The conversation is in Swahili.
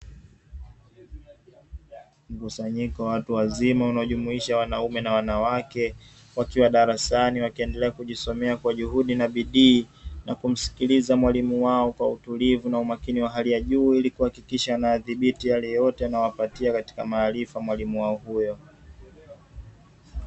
Mkusanyiko wa watu wazima unaojumuisha wanaume na wanawake, wakiwa darasani wakiendelea kujisomea kwa juhudi na bidii, na kumsikiliza mwalimu wao kwa utulivu na umakini wa hali ya juu ili kuhakikisha wanayadhibiti yale yote anayowapatia katika maarifa mwalimu wao huyo.